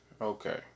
Okay